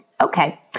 okay